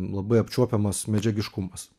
labai apčiuopiamas medžiagiškumas